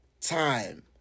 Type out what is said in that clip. time